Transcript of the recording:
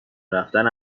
رفتن